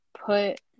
put